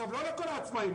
פיצוי לא לכל העצמאיים,